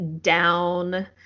down